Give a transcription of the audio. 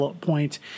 point